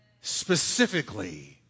specifically